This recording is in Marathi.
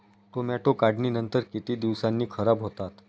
टोमॅटो काढणीनंतर किती दिवसांनी खराब होतात?